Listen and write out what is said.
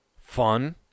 fun